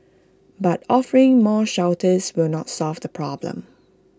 but offering more shelters will not solve the problem